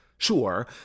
Sure